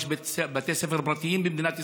יש בתי ספר פרטיים במדינת ישראל.